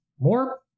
More